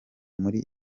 muri